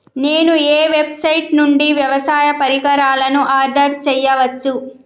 నేను ఏ వెబ్సైట్ నుండి వ్యవసాయ పరికరాలను ఆర్డర్ చేయవచ్చు?